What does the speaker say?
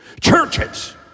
Churches